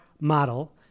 model